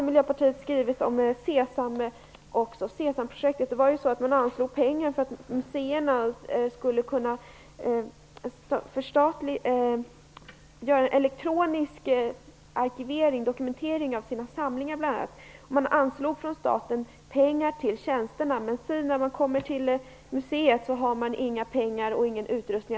Miljöpartiet har skrivit om Sesamprojektet. Det anslogs ju pengar för att muséerna skulle kunna göra en elektronisk dokumentering av sina samlingar bl.a. Staten anslog pengar till tjänsterna, men muséerna har inga pengar till att köpa vare sig kameror eller datautrustning.